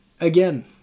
again